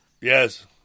Yes